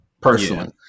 personally